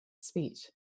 speech